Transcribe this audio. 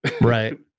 Right